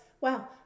Wow